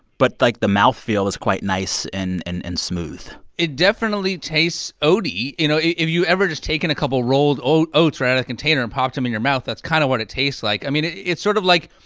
but, like, the mouth feel is quite nice and and and smooth it definitely tastes oaty. you know, if you've ever just taken a couple rolled oats right out a container and popped them in your mouth, that's kind of what it tastes like. i mean, it's sort of like,